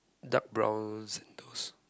dark brown sandals